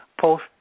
post